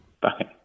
Bye